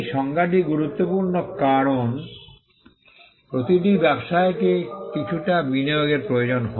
এই সংজ্ঞাটি গুরুত্বপূর্ণ কারণ প্রতিটি ব্যবসায়কেও কিছুটা বিনিয়োগের প্রয়োজন হয়